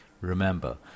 Remember